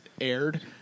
aired